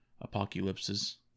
apocalypses